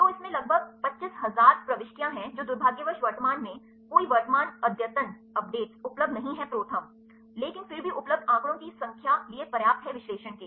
तो इसमें लगभग 25000 प्रविष्टियाँ हैं जो दुर्भाग्यवश वर्तमान में कोई वर्तमान अद्यतन उपलब्ध नहीं है ProTherm लेकिन फिर भी उपलब्ध आंकड़ों की संख्यालिए पर्याप्त है विश्लेषण के